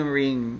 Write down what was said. ring